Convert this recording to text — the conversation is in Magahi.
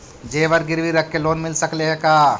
जेबर गिरबी रख के लोन मिल सकले हे का?